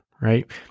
right